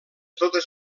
totes